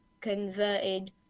converted